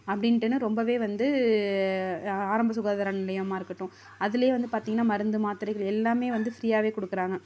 அப்படின்ட்டுனு ரொம்ப வந்து ஆரம்ப சுகாதார நிலையமாக இருக்கட்டும் அதில் வந்து பார்த்திங்கன்னா மருந்து மாத்திரைகள் எல்லாம் வந்து ஃப்ரீயாகவே கொடுக்குறாங்க